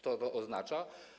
To to oznacza.